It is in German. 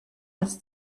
als